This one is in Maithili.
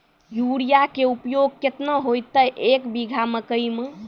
यूरिया के उपयोग केतना होइतै, एक बीघा मकई मे?